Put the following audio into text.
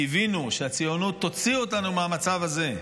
קיווינו שהציונות תוציא אותנו מהמצב הזה,